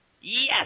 Yes